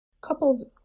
Couples